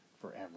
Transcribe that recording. forever